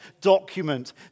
document